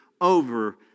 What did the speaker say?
over